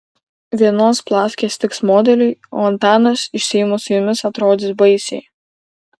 vienos plavkės tiks modeliui o antanas iš seimo su jomis atrodys baisiai